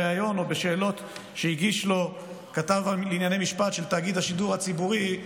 בריאיון או בשאלות שהגיש לו כתב לענייני משפט של תאגיד השידור הציבורי,